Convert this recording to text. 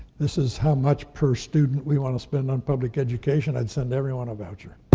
this is how much per student we wanna spend on public education. i'd send everyone a voucher,